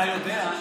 אתה יודע,